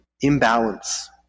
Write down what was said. imbalance